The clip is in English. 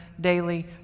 daily